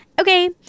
okay